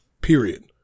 period